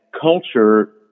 culture